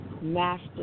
master